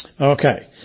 Okay